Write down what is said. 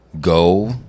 go